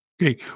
Okay